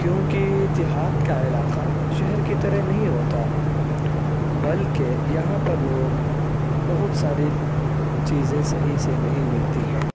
کیونکہ دیہات کا علاقہ شہر کے طرح نہیں ہوتا بلکہ یہاں پر لوگ بہت ساری چیزیں صحیح سے نہیں ملتی ہیں